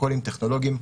לפרוטוקולים טכנולוגיים,